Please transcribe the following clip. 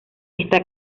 está